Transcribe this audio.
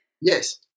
Yes